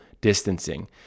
distancing